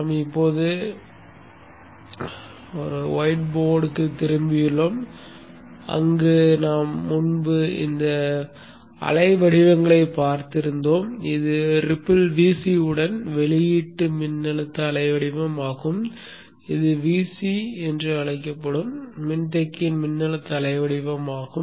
நாம் இப்போது வெள்ளை பலகைக்கு திரும்பியுள்ளோம் அங்கு நாம் முன்பு இந்த அலை வடிவங்களைப் பார்த்திருந்தோம் இது ரிப்பில் Vc உடன் வெளியீட்டு மின்னழுத்த அலை வடிவம் ஆகும் இது Vc என்று அழைக்கப்படும் மின்தேக்கியின் மின்னழுத்த அலை வடிவம் ஆகும்